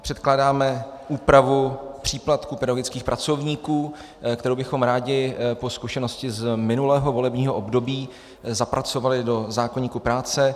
Předkládáme úpravu příplatku pedagogických pracovníků, kterou bychom rádi po zkušenosti z minulého volebního období zapracovali do zákoníku práce.